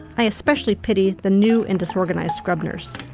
i especially pity the new and disorganised scrub nurse.